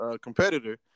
competitor